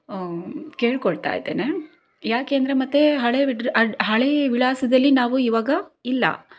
ಕೇಳ್ಕೋಳ್ತಾಯಿದ್ದೇನೆ ಯಾಕೆಂದ್ರೆ ಮತ್ತೆ ಹಳೆಯ ವಿಡ್ರ ಹಳೆಯ ವಿಳಾಸದಲ್ಲಿ ನಾವು ಇವಾಗ ಇಲ್ಲ